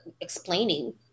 explaining